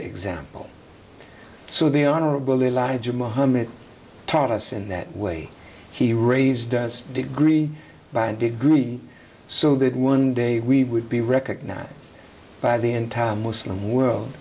example so the honorable elijah mohammed taught us in that way he raised does degree by degree so that one day we would be recognized by the entire muslim